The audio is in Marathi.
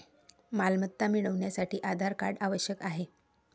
मालमत्ता मिळवण्यासाठी आधार कार्ड आवश्यक आहे